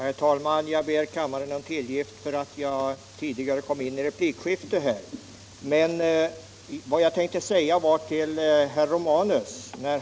Herr talman! Jag ber kammarens ledamöter om tillgift för att jag tidigare i min replik riktade mig till en annan talare än den genmälet avsåg. Vad jag hade tänkt säga till herr Romanus var följande.